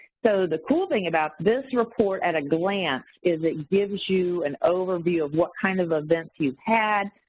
so the cool thing about this report at a glance is it gives you an overview of what kind of events you've had,